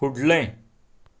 फुडलें